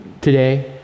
today